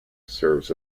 serves